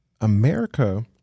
America